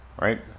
Right